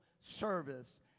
service